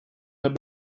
have